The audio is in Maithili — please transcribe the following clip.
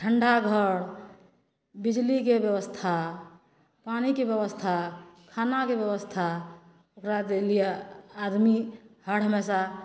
ठण्ढ़ा घर बिजलीके व्यवस्था पानिके व्यवस्था खानाके व्यवस्था ओकरा क लिए आदमी हर हमेशा